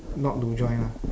not to join ah